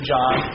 John